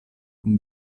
kun